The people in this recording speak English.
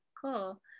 cool